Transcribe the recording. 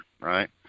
right